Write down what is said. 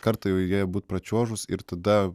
kartą joje jau būt pračiuožus ir tada